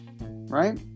right